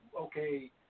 okay